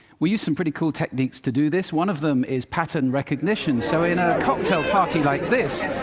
we use some pretty cool techniques to do this. one of them is pattern recognition. so in a cocktail party like this,